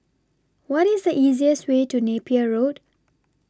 What IS The easiest Way to Napier Road